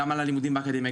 גם על הלימודים באקדמיה,